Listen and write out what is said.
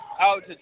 Out